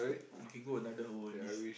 we can go another hour on this